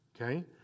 Okay